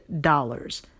dollars